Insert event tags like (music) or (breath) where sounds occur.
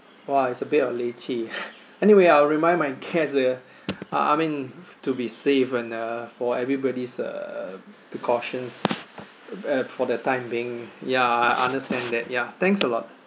!wah! it's a bit of leceh (breath) anyway I'll remind my guests uh I I mean to be safe and uh for everybody's uh precautions uh for the time being ya I understand that ya thanks a lot